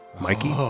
Mikey